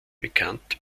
bekannt